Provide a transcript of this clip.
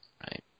Right